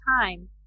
time